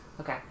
Okay